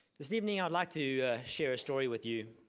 this evening i'd like to share a story with you.